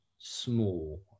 small